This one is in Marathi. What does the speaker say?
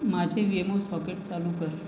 माझे वेमो सॉकेट चालू कर